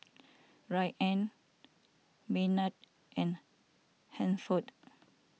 Rayna Maynard and Hansford